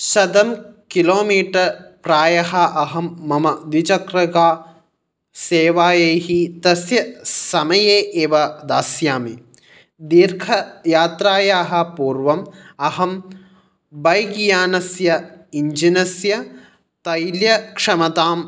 शतं किलोमीटर् प्रायः अहं मम द्विचक्रिका सेवायैः तस्य समये एव दास्यामि दीर्घयात्रायाः पूर्वं अहं बैक्यानस्य इञ्जिनस्य तैल्यक्षमतां